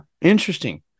Interesting